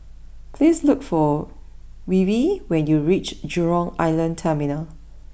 please look for Weaver when you reach Jurong Island Terminal